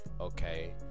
Okay